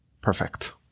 perfect